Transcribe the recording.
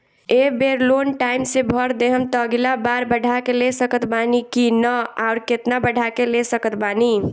ए बेर loan time से भर देहम त अगिला बार बढ़ा के ले सकत बानी की न आउर केतना बढ़ा के ले सकत बानी?